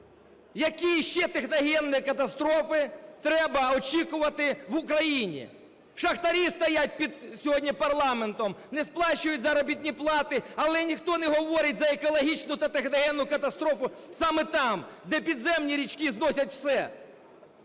які ще техногенні катастрофи треба очікувати в Україні. Шахтарі стоять сьогодні під парламентом, не сплачують заробітні плати, але ніхто не говорить за екологічну та техногенну катастрофу саме там, де підземні річки зносять все.